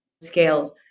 scales